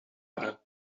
arm